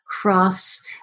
cross